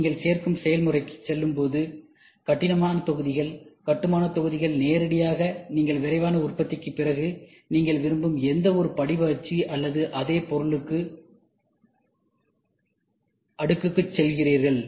நீங்கள் சேர்க்கும் செயல்முறைக்குச் செல்லும்போது கட்டுமானத் தொகுதிகள் கட்டுமானத் தொகுதிகள் நேரடியாக நீங்கள் விரைவான உற்பத்திக்குப் பிறகு நீங்கள் விரும்பும் எந்தவொரு படிவ அச்சு அல்லது அதே பொருளுக்கு அடுக்குக்குச் செல்கிறீர்கள்